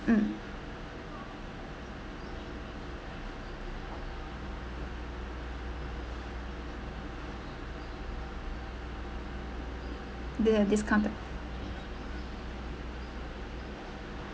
mm the discounted